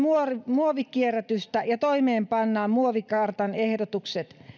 muovinkierrätystä ja toimeenpannaan muovikartan ehdotukset